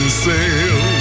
sail